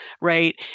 right